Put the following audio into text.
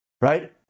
right